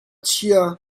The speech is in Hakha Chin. chia